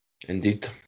Indeed